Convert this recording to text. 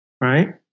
right